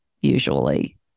usually